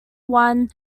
won